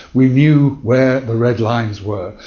we knew where the red lines were.